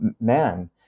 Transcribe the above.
man